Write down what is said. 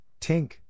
Tink